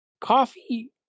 coffee